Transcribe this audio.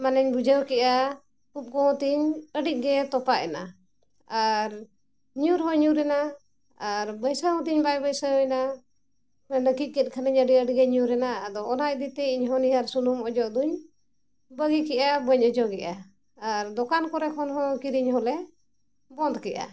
ᱢᱟᱱᱮᱧ ᱵᱩᱡᱷᱟᱹᱣ ᱠᱮᱜᱼᱟ ᱩᱵ ᱠᱚᱦᱚᱸ ᱛᱤᱧ ᱟᱹᱰᱤ ᱜᱮ ᱛᱚᱯᱟᱜ ᱮᱱᱟ ᱟᱨ ᱧᱩᱨᱦᱚᱸ ᱧᱩᱨ ᱮᱱᱟ ᱟᱨ ᱵᱟᱹᱭᱥᱟᱹᱣ ᱦᱚᱸ ᱛᱤᱧ ᱵᱟᱭ ᱵᱟᱹᱭᱥᱟᱹᱣ ᱮᱱᱟ ᱱᱟᱹᱠᱤᱡ ᱠᱮᱫ ᱠᱷᱟᱱᱤᱧ ᱟᱹᱰᱤ ᱟᱹᱰᱤᱜᱮ ᱧᱩᱨ ᱮᱱᱟ ᱟᱫᱚ ᱚᱱᱟ ᱤᱫᱤᱛᱮ ᱤᱧ ᱦᱚᱸ ᱱᱤᱦᱟᱨ ᱥᱩᱱᱩᱢ ᱚᱡᱚᱜ ᱫᱩᱧ ᱵᱟᱹᱜᱤ ᱠᱮᱜᱼᱟ ᱵᱟᱹᱧ ᱚᱡᱚᱜᱮᱜᱼᱟ ᱟᱨ ᱫᱚᱠᱟᱱ ᱠᱚᱨᱮ ᱠᱷᱚᱱ ᱦᱚᱸ ᱠᱤᱨᱤᱧ ᱦᱚᱞᱮ ᱵᱚᱸᱫᱷ ᱠᱮᱜᱼᱟ